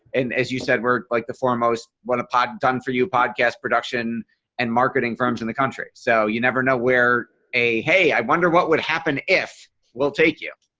and as you said we're like the foremost what a pod done for you podcast production and marketing firms in the country. so you never know where a hey i wonder what would happen if we'll take you.